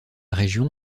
région